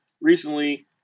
recently